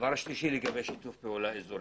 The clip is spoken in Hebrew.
לגבי שיתוף פעולה אזורי.